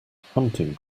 hunting